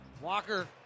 Walker